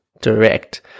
direct